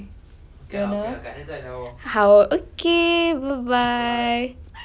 so um I think 我们今天就聊到这里 you know